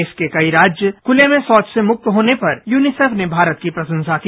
देश के कई राज्य खुले में शौच से मुक्त होने पर यूनिसेफ ने भारत की प्रशंसा की